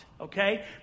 okay